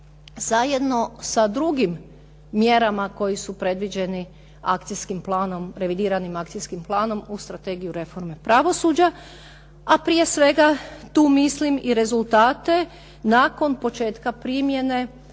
zajedno sa drugim mjerama koje su predviđeni akcijskim planom, revidiranim akcijskim planom u strategiju reforme pravosuđa, a prije svega tu mislim i rezultate nakon početka primjene